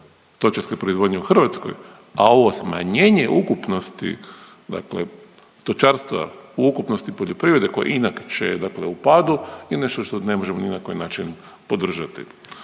stočarske proizvodnje u Hrvatskoj, a ovo smanjenje ukupnosti, dakle stočarstva u ukupnosti poljoprivrede koja inače je dakle u padu je nešto što ne možemo ni na koji način podržati.